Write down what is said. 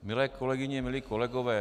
Milé kolegyně, milí kolegové.